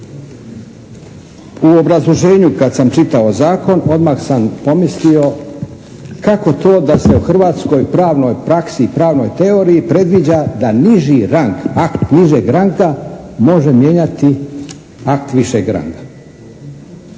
U obrazloženju kad sam čitao zakon odmah sam pomislio kako to da se u Hrvatskoj pravnoj praksi, pravnoj teoriji predviđa da niži rang, akt nižeg ranga može mijenjati akt višeg ranga.